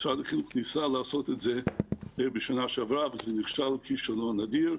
משרד החינוך ניסה לעשות את זה בשנה שעברה וזה נכשל כישלון אדיר,